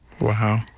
wow